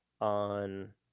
on